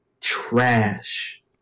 trash